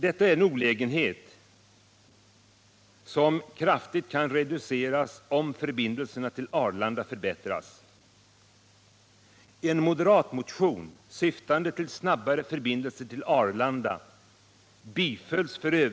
Detta är en olägenhet som kraftigt kan reduceras om förbindelserna till Arlanda förbättras. En mo deratmotion, syftande till snabbare förbindelser med Arlanda, bifölls f.ö.